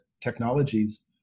technologies